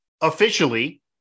officially